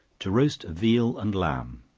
to roast veal and lamb.